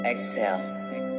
Exhale